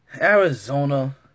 Arizona